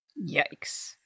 yikes